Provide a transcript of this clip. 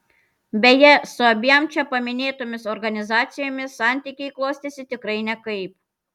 beje su abiem čia paminėtomis organizacijomis santykiai klostėsi tikrai nekaip